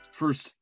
first